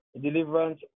deliverance